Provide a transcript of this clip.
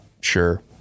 Sure